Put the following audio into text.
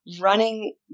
running